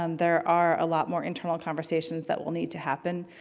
um there are a lot more internal conversations that will need to happen.